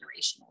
generational